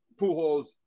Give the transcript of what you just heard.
Pujols